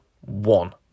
one